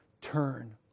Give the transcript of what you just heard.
turn